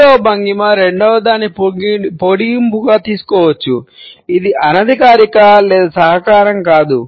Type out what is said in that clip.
మూడవ భంగిమ రెండవ దాని పొడిగింపుగా తీసుకోవచ్చు ఇది అనధికారిక లేదా సహకారం కాదు